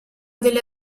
delle